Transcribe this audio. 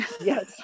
Yes